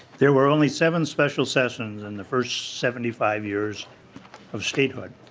there were only seven special sessions in the first seventy five years of statehood.